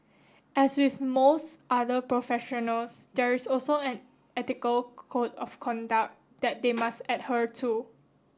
as with most other professionals there is also an ethical code of conduct that they must to